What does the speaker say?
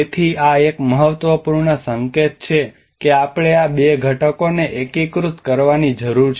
તેથી આ એક મહત્વપૂર્ણ સંકેત છે કે આપણે આ બે ઘટકોને એકીકૃત કરવાની જરૂર છે